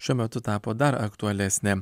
šiuo metu tapo dar aktualesnė